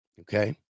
Okay